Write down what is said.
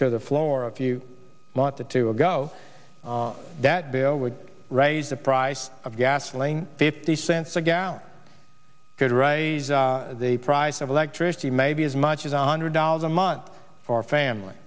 to the floor if you want the two ago that bill would raise the price of gasoline fifty cents a gallon could raise the price of electricity maybe as much as on hundred dollars a month for a family